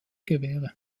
gewehre